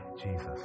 Jesus